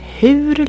hur